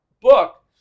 book